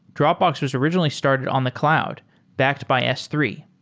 dropbox was originally started on the cloud backed by s three.